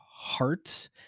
hearts